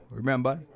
remember